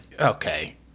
okay